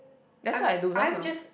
that's what I do Samsung